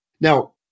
Now